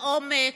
לעומק,